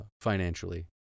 financially